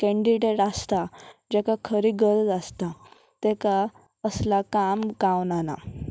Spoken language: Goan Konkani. कॅन्डिडेट आसता जेका खरी गरज आसता तेका असला काम गावनाना